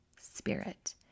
spirit